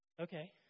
okay